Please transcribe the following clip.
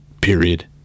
Period